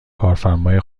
کارفرمای